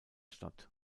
statt